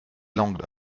langues